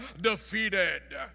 defeated